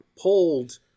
pulled